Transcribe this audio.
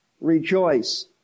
rejoice